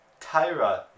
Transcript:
Tyra